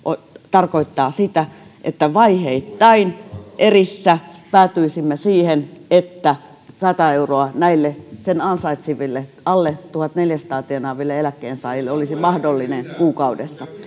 tarkoittaa sitä että vaiheittain erissä päätyisimme siihen että sata euroa näille sen ansaitseville alle tuhannelleneljällesadalle tienaaville eläkkeensaajille olisi mahdollinen kuukaudessa